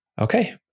Okay